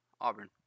Auburn